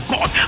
God